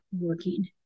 working